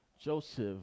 Joseph